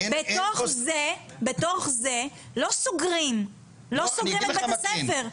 בתוך זה לא סוגרים את בית הספר,